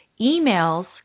emails